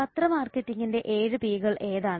പത്ര മാർക്കറ്റിംഗിന്റെ 7 P കൾ ഏതാണ്